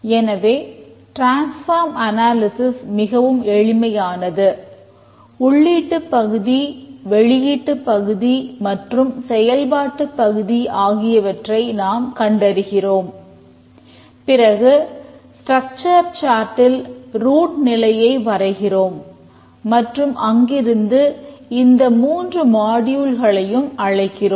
எனவே transform analysis அழைக்கிறோம்